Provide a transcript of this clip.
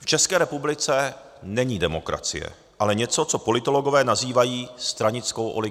V České republice není demokracie, ale něco co politologové nazývají stranickou oligarchií.